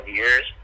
years